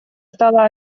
стала